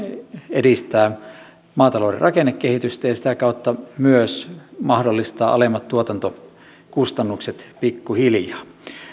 edistävät maatalouden rakennekehitystä ja sitä kautta myös mahdollistavat alemmat tuotantokustannukset pikkuhiljaa